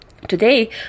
Today